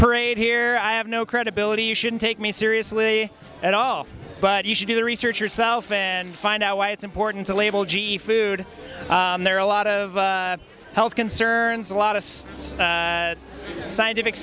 parade here i have no credibility you shouldn't take me seriously at all but you should do the research yourself and find out why it's important to label g e food there are a lot of health concerns a lot of scientific